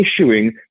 issuing